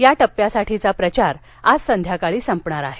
या टप्प्यासाठीचा प्रचार आज संध्याकाळी संपणार आहे